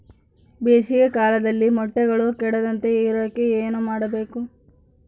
ಬೇಸಿಗೆ ಕಾಲದಲ್ಲಿ ಮೊಟ್ಟೆಗಳು ಕೆಡದಂಗೆ ಇರೋಕೆ ಏನು ಮಾಡಬೇಕು?